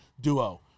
duo